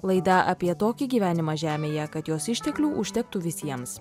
laidą apie tokį gyvenimą žemėje kad jos išteklių užtektų visiems